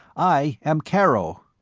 i am carrho.